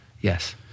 Yes